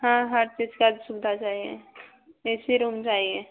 हाँ हर चीज़ की सुविधा चाहिए ए सी रूम चाहिए